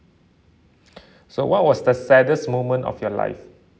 so what was the saddest moment of your life